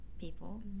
people